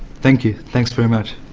thank you, thanks very much.